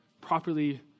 properly